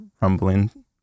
rumbling